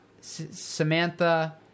Samantha